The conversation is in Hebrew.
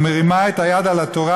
ומרימה את היד על התורה.